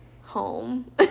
home